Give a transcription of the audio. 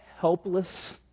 helpless